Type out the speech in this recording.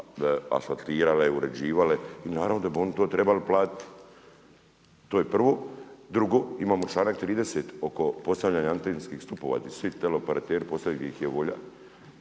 asfaltirale, uređivale i naravno da bi oni to trebali platiti. To je prvo. Drugo, imamo članak 30. oko postavljanja antenskih stupova gdje su svi teleoperateri postavljali gdje ih je volja,